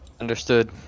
Understood